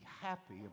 happy